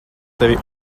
tevi